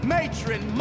Matron